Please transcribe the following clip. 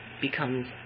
becomes